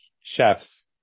chefs